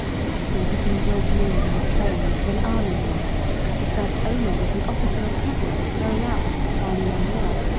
captain had been broken in and trained for an army horse his first owner was an officer of cavalry going out to the crimean war.